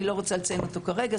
שאני לא רוצה לציין אותו כרגע,